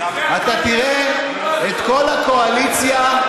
אתה תראה את כל הקואליציה.